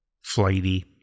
flighty